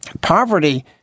Poverty